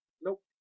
Nope